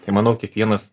tai manau kiekvienas